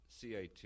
CAT